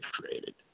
created